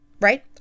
Right